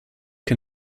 can